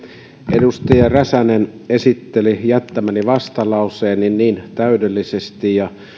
edustaja räsänen esitteli jättämäni vastalauseen niin niin täydellisesti ja